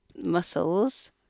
Muscles